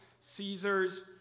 Caesar's